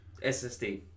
SSD